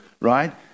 right